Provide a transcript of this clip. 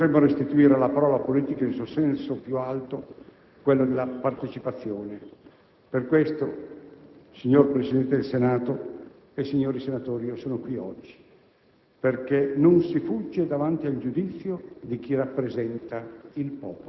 Dobbiamo smettere di pensare alla politica come a un mestiere. La politica è impegno, è servizio, è dovere e solo così sapremo e potremo togliere questo fango ingiusto da tutti noi,